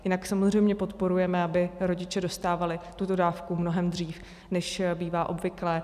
Jinak samozřejmě podporujeme, aby rodiče dostávali tuto dávku mnohem dřív, než bývá obvyklé.